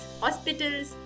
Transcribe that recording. hospitals